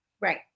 Right